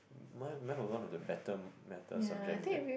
mine math was one of the better better subjects there